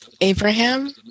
Abraham